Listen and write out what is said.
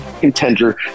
contender